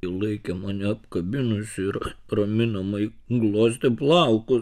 ji laikė mane apkabinusi ir raminamai glostė plaukus